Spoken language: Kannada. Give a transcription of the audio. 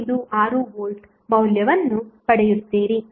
6V ಮೌಲ್ಯವನ್ನು ಪಡೆಯುತ್ತೀರಿ